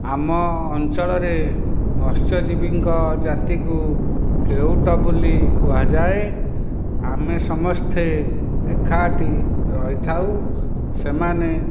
ଆମ ଅଞ୍ଚଳରେ ମତ୍ସ୍ୟଜୀବୀଙ୍କ ଜାତିକୁ କେଉଟ ବୋଲି କୁହାଯାଏ ଆମେ ସମସ୍ତେ ଏକାଠି ରହିଥାଉ ସେମାନେ